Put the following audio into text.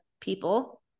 people